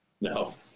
No